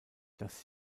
das